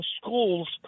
schools